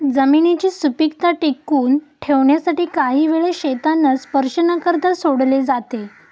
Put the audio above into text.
जमिनीची सुपीकता टिकवून ठेवण्यासाठी काही वेळा शेतांना स्पर्श न करता सोडले जाते